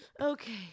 Okay